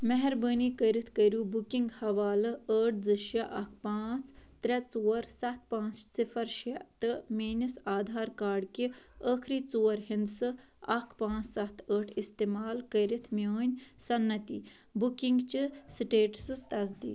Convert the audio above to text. مہربٲنی کٔرتھ کٔرو بُکِنٛگ حوالہ ٲٹھ زٕ شےٚ اکھ پانٛژھ ترٛےٚ ژور سَتھ پانٛژھ صِفر شےٚ تہٕ میٛٲنِس آدھار کارڈ کہِ ٲخٕری ژور ہنٛدسہٕ اکھ پانٛژھ سَتھ ٲٹھ استعمال کٔرِتھ میٛٲنۍ صنعتی بُکِنٛگچہِ سٹیٹسَس تصدیٖق